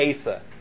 Asa